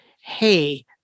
hey